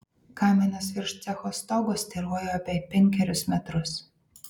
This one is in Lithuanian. kaminas virš cecho stogo styrojo apie penkerius metrus